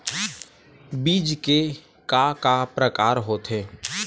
बीज के का का प्रकार होथे?